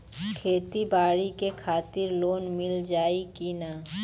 खेती बाडी के खातिर लोन मिल जाई किना?